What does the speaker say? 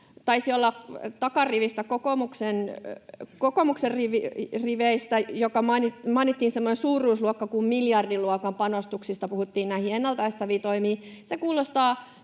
Taisi olla takarivistä kokoomuksen riveistä, kun mainittiin semmoinen suuruusluokka kuin miljardin luokan panostukset ennalta estäviin toimiin. Se kuulostaa